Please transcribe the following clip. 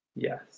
Yes